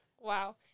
Wow